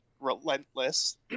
Relentless